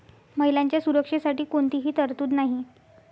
महिलांच्या सुरक्षेसाठी कोणतीही तरतूद नाही